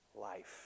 life